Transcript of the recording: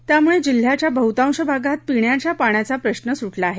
त्यामुळे जिल्ह्याच्या बहतांश भागात पिण्याचा पाण्याचा प्रश्न सुटला आहे